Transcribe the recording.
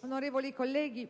onorevoli colleghi,